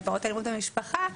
אלימות במשפחה,